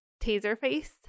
Taserface